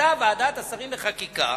מחליטה ועדת השרים לחקיקה,